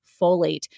folate